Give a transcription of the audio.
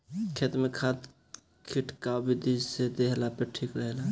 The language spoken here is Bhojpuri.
खेत में खाद खिटकाव विधि से देहला पे ठीक रहेला